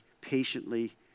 patiently